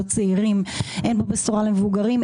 לצעירים אין בו בשורה למבוגרים,